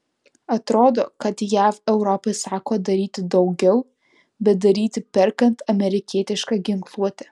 atrodo kad jav europai sako daryti daugiau bet daryti perkant amerikietišką ginkluotę